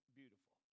beautiful